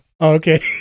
okay